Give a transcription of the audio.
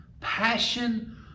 Passion